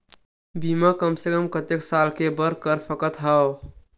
बीमा कम से कम कतेक साल के बर कर सकत हव?